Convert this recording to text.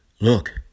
Look